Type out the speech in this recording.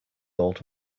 old